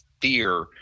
fear